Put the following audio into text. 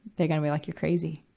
they're gonna be like, you're crazy.